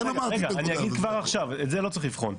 רגע, אני אגיד כבר עכשיו לא צריך לבחון.